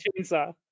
Chainsaw